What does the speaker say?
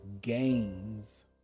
gains